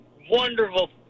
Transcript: wonderful